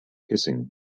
kissing